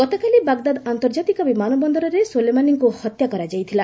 ଗତକାଲି ବାଗଦାଦ୍ ଆନ୍ତର୍ଜାତିକ ବିମାନବନ୍ଦରରେ ସୋଲେମାନିଙ୍କୁ ହତ୍ୟା କରାଯାଇଥିଲା